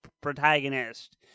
protagonist